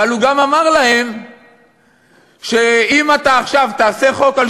אבל הוא גם אמר להם שאם אתה עכשיו תעשה חוק על